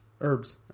Herbs